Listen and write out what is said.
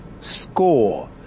score